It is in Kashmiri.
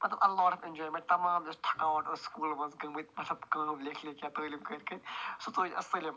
مطلب اےٚ لاٹ آف اِیٚنجوایمیٚنٛٹ تَمام یۄس تھکاوَٹ ٲس سُکوٗل منٛز گٔمٕتۍ مطلب کٲم لیٚکھۍ لیکھۍ یا تعلیٖم کٔرۍ کٔرۍ سۄ ژٔجۍ اسہِ سٲلِم